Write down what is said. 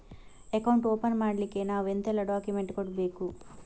Account open ಮಾಡ್ಲಿಕ್ಕೆ ನಾವು ಎಂತೆಲ್ಲ ಡಾಕ್ಯುಮೆಂಟ್ಸ್ ಕೊಡ್ಬೇಕು?